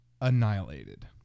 annihilated